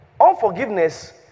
unforgiveness